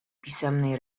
pisemnej